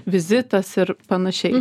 vizitas ir panašiai